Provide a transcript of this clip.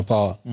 Power